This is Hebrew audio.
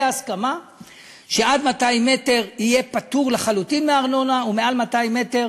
בהסכמה שעד 200 מטר יהיו פטורים לחלוטין מארנונה ומעל 200 מטר